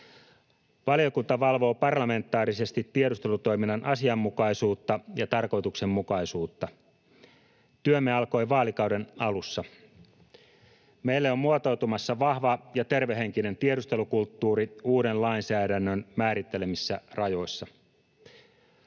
Valiokunta valvoo parlamentaarisesti tiedustelutoiminnan asianmukaisuutta ja tarkoituksenmukaisuutta. Työmme alkoi vaalikauden alussa. Meille on muotoutumassa vahva ja tervehenkinen tiedustelukulttuuri uuden lainsäädännön määrittelemissä rajoissa.